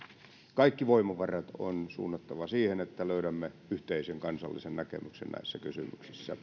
kaikki voimavarat on suunnattava siihen että löydämme yhteisen kansallisen näkemyksen näissä kysymyksissä